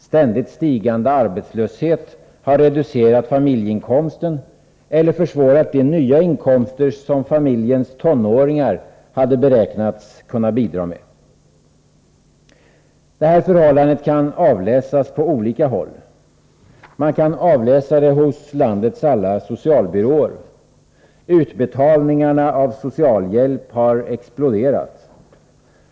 Ständigt stigande arbetslöshet har reducerat familjeinkomsten eller försvårat möjligheterna att få de nya inkomster som familjens tonåringar hade beräknats kunna bidra med. Detta förhållande kan avläsas på olika håll. Man kan avläsa det hos landets alla socialbyråer. Utbetalningarna av socialhjälp har exploderat.